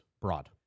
broad